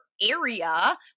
area